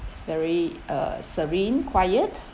it's very uh serene quiet